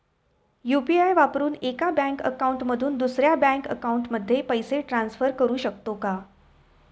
UPI वापरून एका bank account मधून दुसऱ्या बँक अकाउंटमध्ये पैसे ट्रान्सफर करू शकतो का?